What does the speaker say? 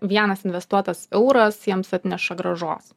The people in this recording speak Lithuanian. vienas investuotas euras jiems atneša grąžos